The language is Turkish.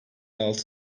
altı